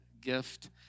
gift